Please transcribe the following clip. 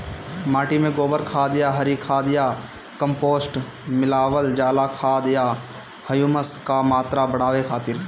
माटी में गोबर खाद या हरी खाद या कम्पोस्ट मिलावल जाला खाद या ह्यूमस क मात्रा बढ़ावे खातिर?